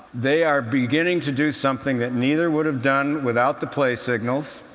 they are beginning to do something that neither would have done without the play signals.